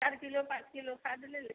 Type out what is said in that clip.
चार किलो पाँच किलो खाद ले लें